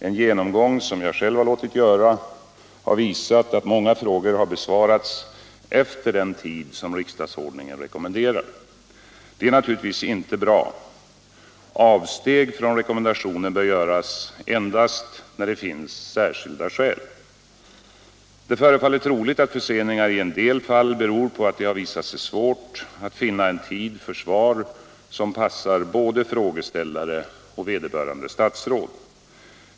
En genomgång som jag själv har låtit göra har visat att många frågor har besvarats efter den tid som riksdagsordningen rekommenderar. Det är naturligtvis inte bra. Avsteg från rekommendationen bör göras endast när det finns särskilda skäl. Det förefaller troligt att förseningar i en del fall beror på att det har visat sig svårt att finna en tid för svar som passar både frågeställare och vederbörande statsråd.